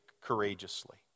courageously